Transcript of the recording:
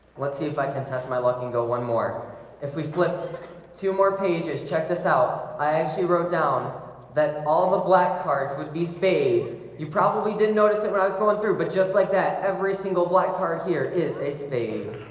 let's see if i can test my luck and go one more if we flip two more pages check this out i actually wrote down that all the black cards would be spades you probably didn't notice that when i was going through but just like that every single black card. here is a spade.